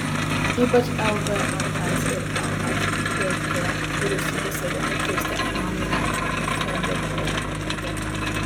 ypač lvls ir lsdp vyriausybė siekė pakirsti ekonominę lkdp įtaką